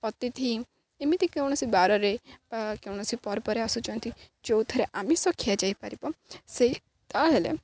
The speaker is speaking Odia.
ଅତିଥି ଏମିତି କୌଣସି ବାରରେ ବା କୌଣସି ପର୍ବରେ ଆସୁଚ୍ଛନ୍ତି ଯେଉଁଥିରେ ଆମିଷ ଖିଆ ଯାଇପାରିବ ସେଇ ତାହେଲେ